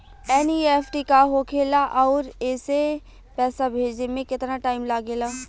NEFT का होखे ला आउर एसे पैसा भेजे मे केतना टाइम लागेला?